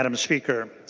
um speaker.